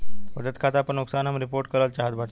बचत खाता पर नुकसान हम रिपोर्ट करल चाहत बाटी